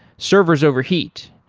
servers overheat,